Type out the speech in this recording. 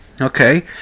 okay